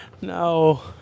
No